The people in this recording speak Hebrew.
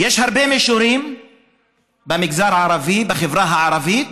יש הרבה מישורים במגזר הערבי, בחברה הערבית,